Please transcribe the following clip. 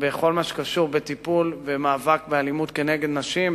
לכל מה שקשור בטיפול ובמאבק באלימות נגד נשים,